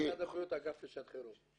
משרד הבריאות, האגף לשעת חירום.